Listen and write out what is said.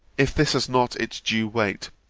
if this has not its due weight,